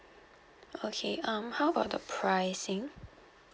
okay um how about the pricing